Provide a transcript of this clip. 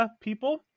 people